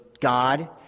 God